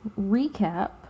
recap